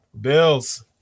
Bills